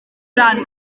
rhan